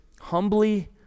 humbly